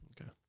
Okay